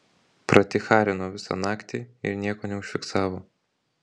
praticharino visą naktį ir nieko neužfiksavo